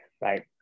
Right